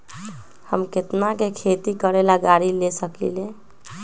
हम केतना में खेती करेला गाड़ी ले सकींले?